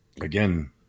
again